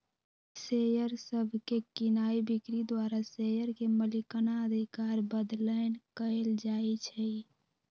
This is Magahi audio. शेयर सभके कीनाइ बिक्री द्वारा शेयर के मलिकना अधिकार बदलैंन कएल जाइ छइ